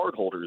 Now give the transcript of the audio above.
cardholders